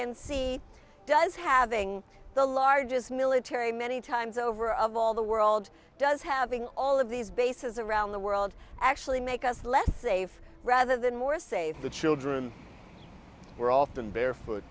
and see does having the largest military many times over of all the world does having all of these bases around the world actually make us less safe rather than more say the children were often barefoot